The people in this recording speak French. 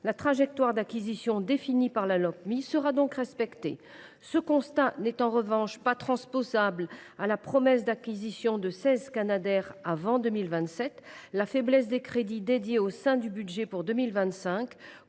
La trajectoire d’acquisition définie par la Lopmi sera donc respectée. Ce constat n’est en revanche pas transposable à la promesse d’acquisition de 16 canadairs avant 2027. La faiblesse des crédits dédiés à cet objectif au sein du budget pour 2025